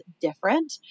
different